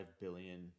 billion